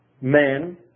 men